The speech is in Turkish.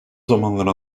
zamanları